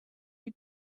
you